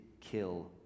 kill